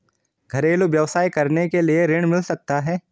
घरेलू व्यवसाय करने के लिए ऋण मिल सकता है?